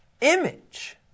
image